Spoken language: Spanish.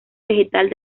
vegetal